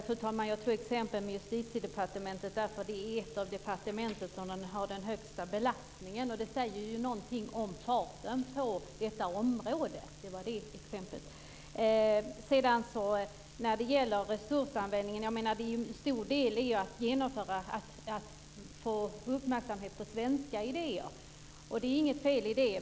Fru talman! Jag tog upp exemplet med Justitiedepartementet därför att det är ett av de departement som har den högsta belastningen, och det säger ju någonting om farten på detta område. När det gäller resursanvändningen är ju en stor del att få uppmärksamhet för svenska idéer. Och det är inget fel i det.